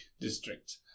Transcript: district